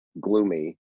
gloomy